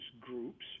groups